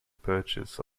purchase